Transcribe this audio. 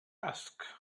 asked